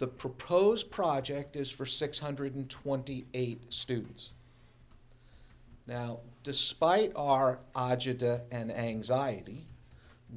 the proposed project is for six hundred twenty eight students now despite our ajah and anxiety